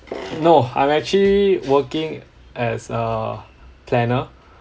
no I'm actually working as a planner